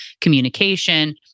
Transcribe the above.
communication